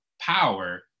power